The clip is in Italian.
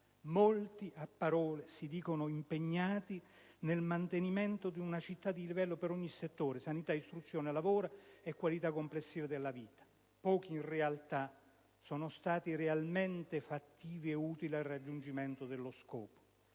«Molti a parole si dicono impegnati nel mantenimento di una città di livello per ogni settore, sanità, istruzione, lavoro e qualità complessiva della vita, pochi in realtà sono stati realmente fattivi e utili al raggiungimento dello scopo».